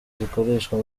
zikoreshwa